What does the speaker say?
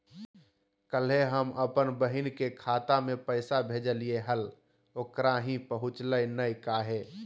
कल्हे हम अपन बहिन के खाता में पैसा भेजलिए हल, ओकरा ही पहुँचलई नई काहे?